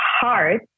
hard